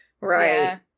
right